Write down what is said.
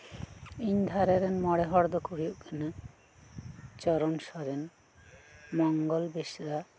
ᱤᱧ ᱫᱷᱟᱨᱮ ᱨᱮᱱ ᱢᱚᱲᱮ ᱦᱚᱲ ᱫᱚᱠᱩ ᱦᱩᱭᱩᱜ ᱠᱟᱱᱟ ᱪᱚᱨᱚᱱ ᱥᱚᱨᱮᱱ ᱢᱚᱝᱜᱚᱞ ᱵᱮᱥᱨᱟ